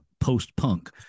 post-punk